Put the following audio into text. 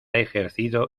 ejercido